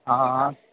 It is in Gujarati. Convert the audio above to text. હા હા